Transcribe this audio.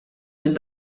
minn